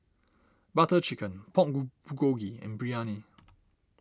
Butter Chicken Pork Bulgogi and Biryani